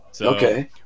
Okay